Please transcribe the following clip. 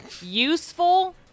Useful